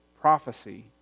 prophecy